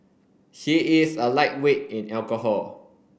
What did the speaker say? he is a lightweight in alcohol